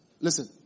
Listen